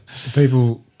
people